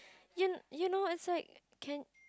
you you know it's like can